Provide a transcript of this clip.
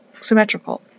symmetrical